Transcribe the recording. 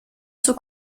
zur